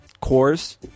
cores